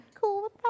cool